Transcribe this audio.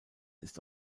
ist